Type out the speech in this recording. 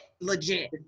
legit